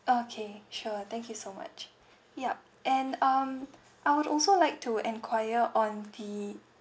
okay sure thank you so much yup and um I would also like to enquire on the